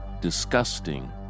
disgusting